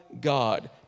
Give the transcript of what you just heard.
God